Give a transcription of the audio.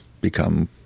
become